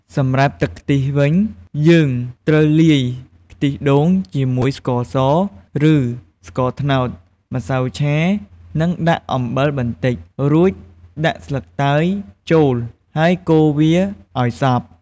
សម្រាប់ទឹកខ្ទិះវិញ យើងត្រូវលាយខ្ទិះដូងជាមួយស្ករស ឬស្ករត្នោត ម្សៅឆា និងដាក់អំបិលបន្តិច រួចដាក់ស្លឹកតើយចូលហើយ កូរវាអោយសព្វ។